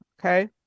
Okay